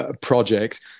project